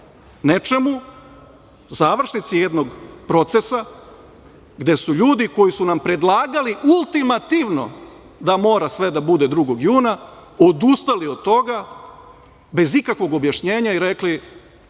nečemu, završnici jednog procesa, gde su ljudi koji su nam predlagali ultimativno da mora sve da bude 2. juna odustali od toga, bez ikakvog objašnjenja i rekli